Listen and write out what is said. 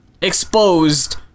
exposed